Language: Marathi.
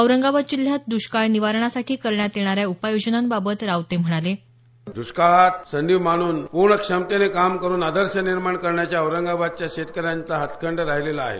औरंगाबाद् जिल्ह्यात दृष्काळ निवारणासाठी करण्यात येणाऱ्या उपाययोजनांबाबत रावते म्हणाले दृष्काळात संधी माणून पूर्ण क्षमतेने काम करून आदर्श निर्माण करण्याच्या औरंगाबादच्या शेतकऱ्यांचा हातखंड राहिलेला आहे